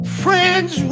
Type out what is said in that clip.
Friends